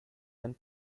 and